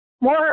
more